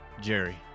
Jerry